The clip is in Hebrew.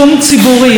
אווווה,